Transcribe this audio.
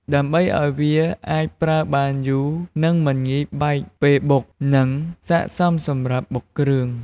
ដើម្បីអោយវាអាចប្រើបានយូរ និងមិនងាយបែកពេលបុក និងសាកសមសម្រាប់បុកគ្រឿង។